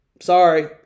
Sorry